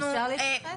אפשר להתייחס?